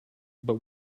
but